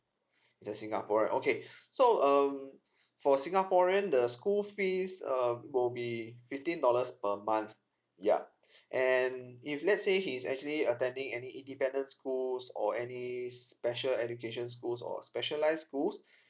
it's a singaporean okay so um for singaporean the school fees uh will be fifteen dollars per month yea and if let's say he's actually attending any independent schools or any special education schools or specialised schools